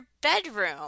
bedroom